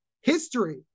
history